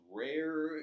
rare